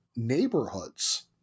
neighborhoods